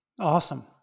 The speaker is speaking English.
Awesome